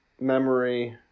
memory